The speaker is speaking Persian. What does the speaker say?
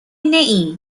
نئی